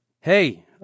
Hey